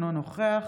אינו נוכח